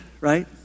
right